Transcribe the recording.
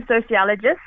sociologist